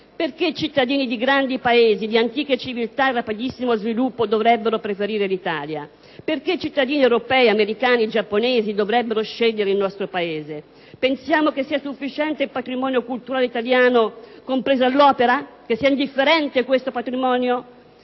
Perché i cittadini di grandi Paesi, di antiche civiltà in rapidissimo sviluppo dovrebbero preferire l'Italia? Perché cittadini europei, americani, giapponesi dovrebbero scegliere il nostro Paese? Pensiamo che sia sufficiente il patrimonio culturale italiano, compresa l'opera, o che sia indifferente questo patrimonio?